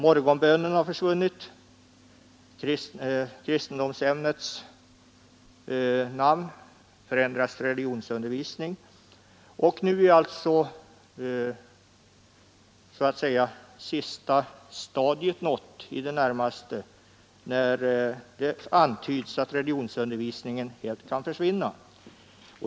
Morgonbönerna har försvunnit, ämnets namn har ändrats från kristendomsundervisning till religionsundervisning och nu är alltså så att säga det sista stadiet i det närmaste nått, när det antyds att religionsundervisningen helt kan försvinna.